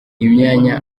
imyanya